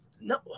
No